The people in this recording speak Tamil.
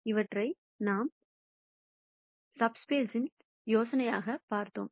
இவற்றை நாம் சப்ஸ்பேஸ்இன் யோசனையாக பார்த்தோம்